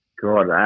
Good